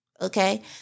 okay